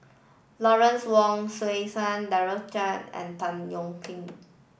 Lawrence Wong Shyun and Tan Yeok Nee